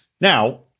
Now